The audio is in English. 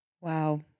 Wow